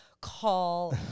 call